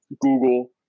Google